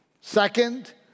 Second